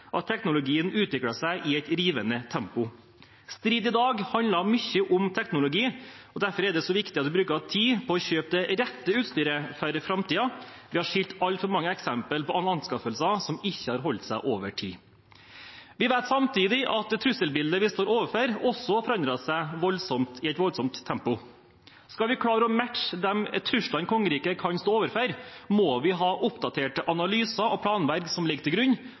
at teknologien utvikler seg i et rivende tempo. Strid i dag handler mye om teknologi, og derfor er det så viktig at vi bruker tid på å kjøpe det rette utstyret for framtiden. Vi har sett altfor mange eksempel på anskaffelser som ikke har holdt seg over tid. Vi vet samtidig at trusselbildet vi står overfor, også har forandret seg i et voldsomt tempo. Skal vi klare å matche de truslene kongeriket kan stå overfor, må vi ha oppdaterte analyser og planverk som ligger til grunn,